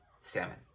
salmon